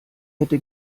hätte